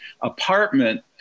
apartment